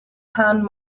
pan